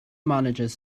managers